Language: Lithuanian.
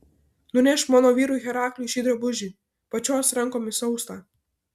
nunešk mano vyrui herakliui šį drabužį pačios rankomis austą